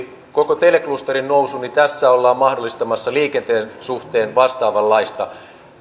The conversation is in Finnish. koko teleklusterin nousun niin tässä ollaan mahdollistamassa liikenteen suhteen vastaavanlaista